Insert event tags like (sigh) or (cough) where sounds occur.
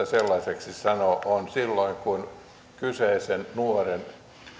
(unintelligible) sellaisiksi sanoo toteutuvat silloin kun kyseisen nuoren